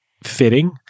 fitting